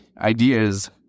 ideas